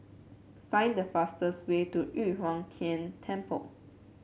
find the fastest way to Yu Huang Tian Temple